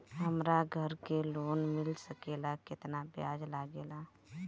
हमरा घर के लोन मिल सकेला केतना ब्याज लागेला?